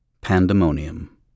pandemonium